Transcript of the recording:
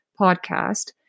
podcast